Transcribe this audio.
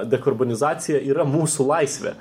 dekarbonizacija yra mūsų laisvė